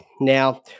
Now